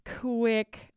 quick